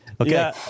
Okay